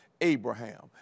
Abraham